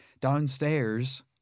downstairs